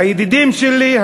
הידידים שלי,